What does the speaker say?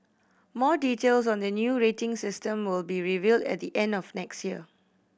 more details on the new rating system will be revealed at the end of next year